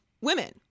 women